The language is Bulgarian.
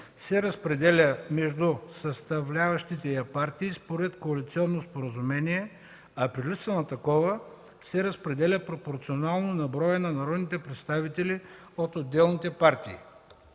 се разпределя между съставляващите я партии според коалиционно споразумение, а при липса на такова се разпределя пропорционално на броя на народните представители от отделните партии.